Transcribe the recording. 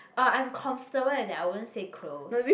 uh I'm comfortable that I won't say close